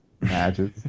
matches